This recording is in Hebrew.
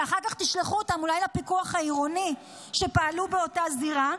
ואחר כך תשלחו אותם אולי לפיקוח העירוני שפעלו באותו זירה,